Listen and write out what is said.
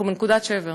אנחנו בנקודת שבר.